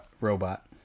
robot